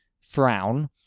frown